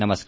नमस्कार